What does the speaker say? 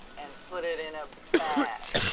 and put it in a bag.